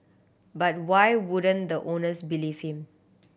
but why wouldn't the owners believe him